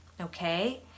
Okay